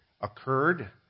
occurred